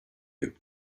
you